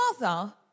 mother